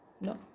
No